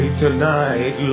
tonight